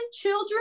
children